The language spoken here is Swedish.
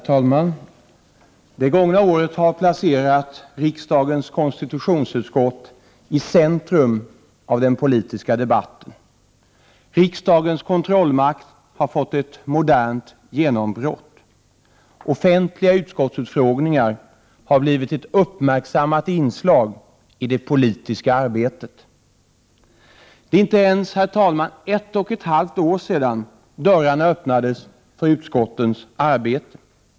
Herr talman! Det gångna året har placerat riksdagens konstitutionsutskott i centrum av den politiska debatten. Riksdagens kontrollmakt har fått ett modernt genombrott. Offentliga utskottsutfrågningar har blivit ett uppmärksammat inslag i det politiska arbetet. Det är inte ens ett och ett halvt år sedan dörrarna öppnades för utskottens arbete.